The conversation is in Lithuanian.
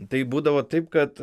taip būdavo taip kad